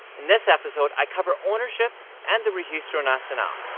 in this episode i cover ownership and the registro nacional.